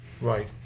Right